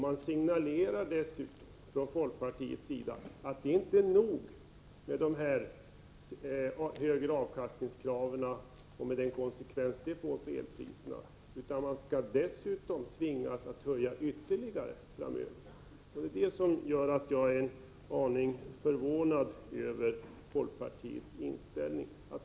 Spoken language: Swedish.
Man signalerar dessutom från folkpartiets sida att det inte är nog med dessa högre avkastningskrav, med de effekter detta får på elpriserna, utan säger dessutom att Vattenfall skall tvingas höja priserna ytterligare framöver. Detta gör att jag är en aning förvånad över folkpartiets inställning.